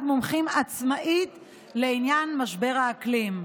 מומחים עצמאית לעניין משבר האקלים.